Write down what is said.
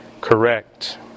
correct